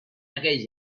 aquell